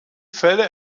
fälle